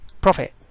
profit